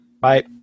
bye